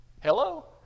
Hello